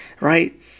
Right